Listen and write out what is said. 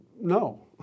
no